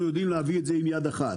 אנחנו יודעים להביא את זה עם יד אחת.